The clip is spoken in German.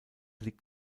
liegt